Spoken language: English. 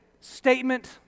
statement